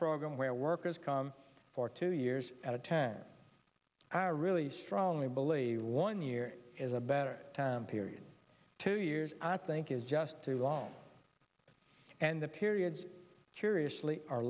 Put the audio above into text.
program where workers come for two years at a ten hour really strongly believe one year is a better time period two years i think is just too long and the periods curiously are